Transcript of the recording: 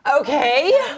Okay